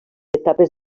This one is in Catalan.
etapes